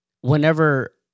whenever